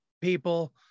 people